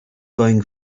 going